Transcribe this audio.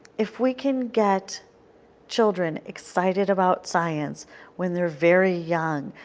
if we can get children excited about science when they are very young,